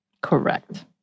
Correct